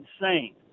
insane